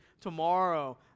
tomorrow